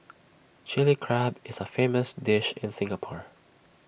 Chilli Crab is A famous dish in Singapore